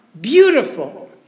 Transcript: beautiful